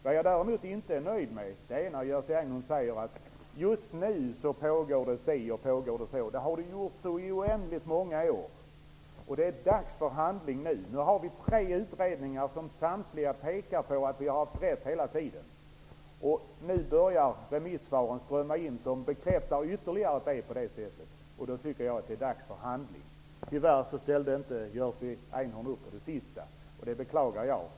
Vad jag däremot inte är nöjd med är när Jerzy Einhorn säger att just nu pågår det si och pågår det så. Det har det gjort i så oändligt många år, och det är dags för handling nu. Det finns nu tre utredningar, som samtliga pekar på att vi har haft rätt hela tiden. Och nu börjar remissvaren strömma in, som ytterligare bekräftar att det är på det sättet. Då tycker jag att det är dags för handling. Tyvärr ställde inte Jerzy Einhorn upp på det sista, och det beklagar jag.